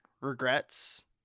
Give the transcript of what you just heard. regrets